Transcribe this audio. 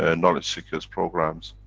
and knowledge seekers programs.